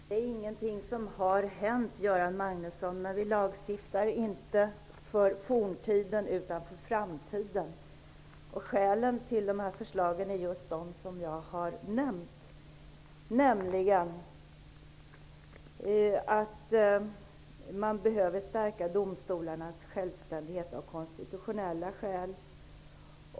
Herr talman! Det är ingenting som har hänt, Göran Magnusson. Vi lagstiftar inte för forntiden utan för framtiden. Skälen till dessa förslag är just de som jag har nämnt, nämligen att vi behöver stärka domstolarnas självständighet av konstitutionella skäl.